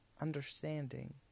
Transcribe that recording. understanding